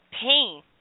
pain